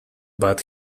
but